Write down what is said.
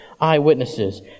eyewitnesses